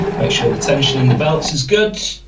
make sure the tension in the belts is good,